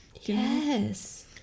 yes